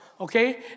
okay